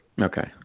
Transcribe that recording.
Okay